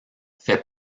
fait